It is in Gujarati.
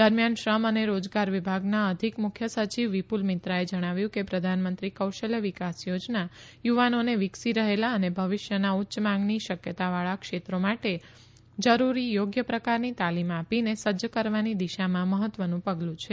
દરમિથાન શ્રમ અને રોજગાર વિભાગના અધિક મુખ્ય સચિવ વિપુલ મિત્રાએ જણાવ્યું કે પ્રધાનમંત્રી કૌશલ્ય વિકાસ યોજના યુવાનોને વિકસી રહેલા અને ભવિષ્યના ઉચ્ય માંગની શકયતાવાળા ક્ષેત્રો માટે જરૂરી યોગ્ય પ્રકારની તાલીમ આપીને સજજ કરવાની દિશામાં મહત્વનું પગલું છે